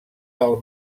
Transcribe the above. del